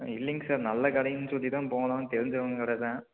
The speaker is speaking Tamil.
இல்லைங்க சார் நல்ல கடைன்னு சொல்லி தான் போனோம் தெரிஞ்சவங்க கடை தான்